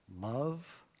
love